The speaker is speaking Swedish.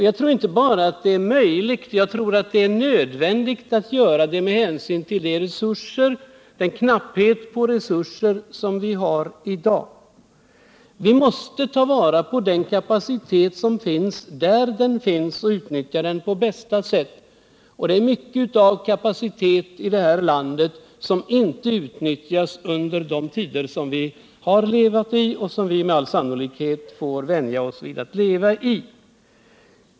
Jag tror att det inte bara är möjligt utan också nödvändigt att göra det med hänsyn till den knapphet på resurser som vi har i dag. Vi måste ta vara på kapaciteten där den finns och utnyttja den på bästa sätt. Det är mycken kapacitet i detta land som inte har utnyttjats under de tider vi har levat i och som vi med all sannolikhet får vänja oss vid att leva i.